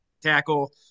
tackle